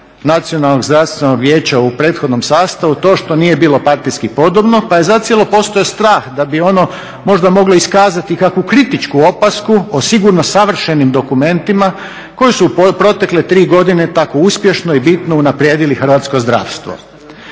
Nacionalnog zdravstvenog vijeća u prethodnom sastavu to što nije bilo partijski podobno pa je zacijelo postojao strah da bi ono možda moglo iskazati kakvu kritičku opasku o sigurno savršenim dokumentima koji su u protekle 3 godine tako uspješno i bitno unaprijedili hrvatsko zdravstvo.